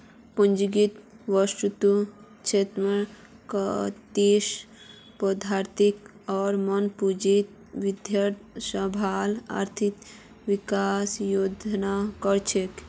पूंजीगत वस्तु, श्रम शक्ति, प्रौद्योगिकी आर मानव पूंजीत वृद्धि सबला आर्थिक विकासत योगदान कर छेक